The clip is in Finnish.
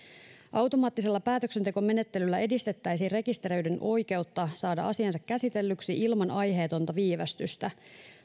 automaattisella päätöksentekomenettelyllä edistettäisiin rekisteröidyn oikeutta saada asiansa käsitellyksi ilman aiheetonta viivästystä